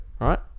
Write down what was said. right